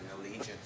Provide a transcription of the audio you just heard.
allegiance